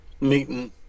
meeting